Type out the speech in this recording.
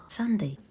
Sunday